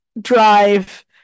Drive